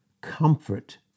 comfort